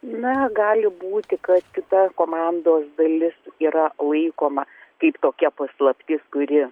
na gali būti kad kita komandos dalis yra laikoma kaip tokia paslaptis kuri